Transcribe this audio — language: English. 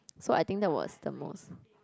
so I think that was the most